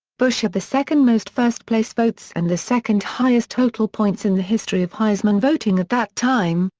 bush had the second most first-place votes and the second-highest total points in the history of heisman voting at that time,